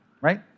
right